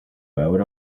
out